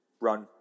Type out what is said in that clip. run